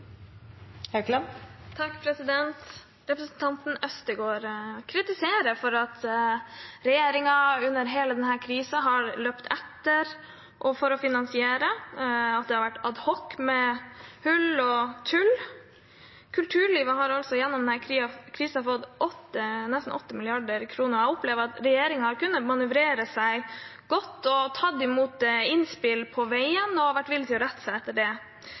Representanten Øvstegård kritiserer regjeringen for at den under hele denne krisen har løpt etter for å finansiere, og at det har vært ad hoc, med hull og tull. Kulturlivet har altså gjennom denne krisen fått nesten 8 mrd. kr, og jeg opplever at regjeringen har manøvrert seg godt, tatt imot innspill på veien og vært villig til å rette seg etter